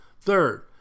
Third